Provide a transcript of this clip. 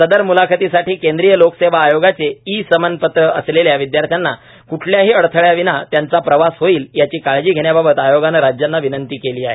सदर मुलाखतीसाठी केंद्रीय लोकसेवा आयोगाचे ई समन पत्र असलेल्या विद्यार्थ्यांना क्ठल्याही अडथळ्याविणा त्यांचा प्रवास होईल याची काळजी घेण्याबाबत आयोगान राज्यांना विनंती केली आहे